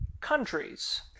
countries